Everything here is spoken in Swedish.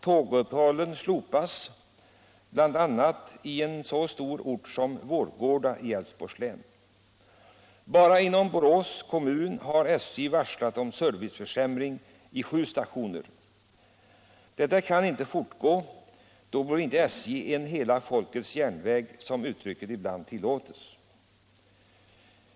Tåguppehåll slopas, bl.a. i en så stor ort som Vårgårda i Älvsborgs län. Bara inom Borås kommun har SJ varslat om serviceförsämring vid sju stationer. Detta kan inte få fortgå. Då blir inte SJ en hela folkets järnväg — det är ju det uttryck som ibland används.